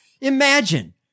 imagine